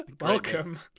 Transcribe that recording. Welcome